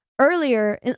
earlier